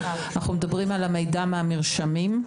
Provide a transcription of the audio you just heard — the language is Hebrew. אנחנו מדברים על המידע מהמרשמים.